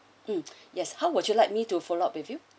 mm yes how would you like me to follow up with you